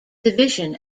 division